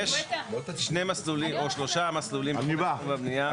יש שני מסלולים או שלושה מסלולים בחוק התכנון והבנייה,